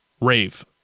Rave